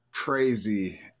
crazy